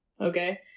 okay